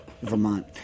Vermont